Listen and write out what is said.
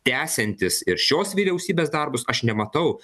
tęsiantys ir šios vyriausybės darbus aš nematau